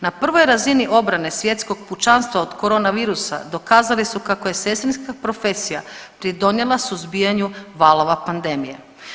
Na prvoj razini obrane svjetskog pučanstva od corona virusa dokazali su kako je sestrinska profesija pridonijela suzbijanju valova pandemije.